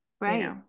right